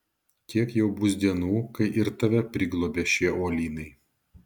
kiek jau bus dienų kai ir tave priglobė šie uolynai